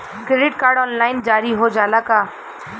Credit card online जारी हो जाला का?